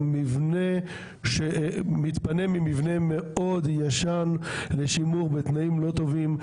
במבנה שמתפנה ממבנה מאוד ישן לשימור בתנאים לא טובים,